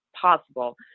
possible